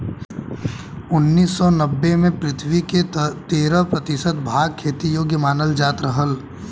उन्नीस सौ नब्बे में पृथ्वी क तेरह प्रतिशत भाग खेती योग्य मानल जात रहल